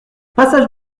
passage